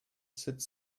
sept